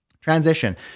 Transition